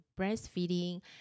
breastfeeding